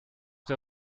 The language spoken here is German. der